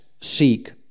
seek